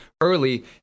early